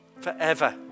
forever